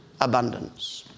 Abundance